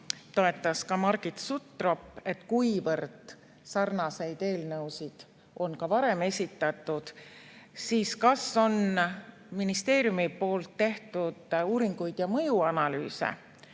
toetas ka Margit Sutrop –, et kuivõrd sarnaseid eelnõusid on ka varem esitatud, kas on ministeeriumi poolt tehtud uuringuid ja mõjuanalüüse,